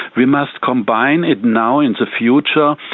we must combine it now, in the future,